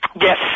Yes